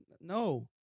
No